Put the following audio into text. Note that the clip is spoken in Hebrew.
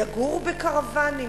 יגורו בקרוונים?